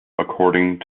according